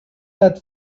that